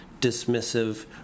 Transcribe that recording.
dismissive